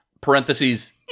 parentheses